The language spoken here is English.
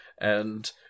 and-